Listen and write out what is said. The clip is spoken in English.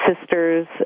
sisters